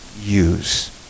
use